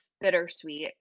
bittersweet